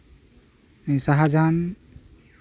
ᱥᱟᱦᱟᱡᱟᱦᱟᱱ